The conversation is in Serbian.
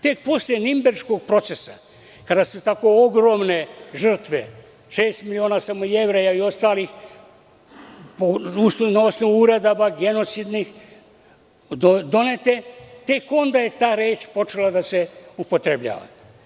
Tek posle Ninberškog procesa, kada se tako ogromne žrtve, šest miliona samo Jevreja i ostalih, na osnovu uredaba genocidnih donete tek onda je ta reč počela da se upotrebljava.